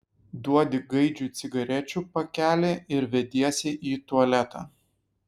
duodi gaidžiui cigarečių pakelį ir vediesi į tualetą